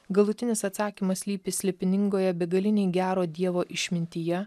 galutinis atsakymas slypi slėpiningoje begalinėj gero dievo išmintyje